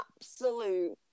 absolute